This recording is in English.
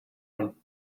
one